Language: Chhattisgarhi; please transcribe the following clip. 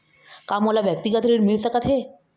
का मोला व्यक्तिगत ऋण मिल सकत हे?